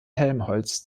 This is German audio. helmholtz